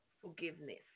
Forgiveness